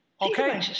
Okay